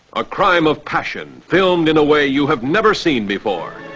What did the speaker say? a crime of passion filmed in a way you have never seen before.